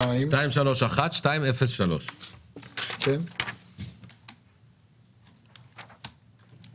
טיפול חוץ ביתי באנשים עם מוגבלויות 230721 - סך של 60,514 אלפי ש״ח.